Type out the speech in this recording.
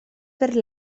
per